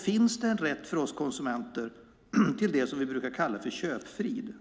Finns det en rätt för oss konsumenter till det som vi brukar kalla för köpfrid,